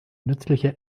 nützliche